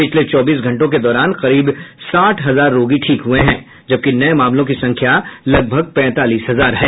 पिछले चौबीस घंटों के दौरान करीब साठ हजार रोगी ठीक हुए हैं जबकि नए मामलों की संख्या लगभग पैंतालीस हजार है